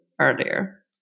earlier